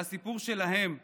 שהסיפור שלהם יישמע.